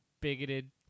bigoted